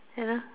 and uh